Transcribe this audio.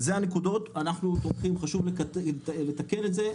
חשוב לתקן את זה,